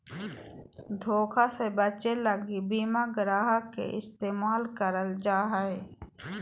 धोखा से बचे लगी बीमा ग्राहक के इस्तेमाल करल जा हय